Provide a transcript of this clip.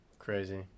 Crazy